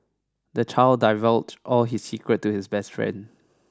the child divulged all his secrets to his best friend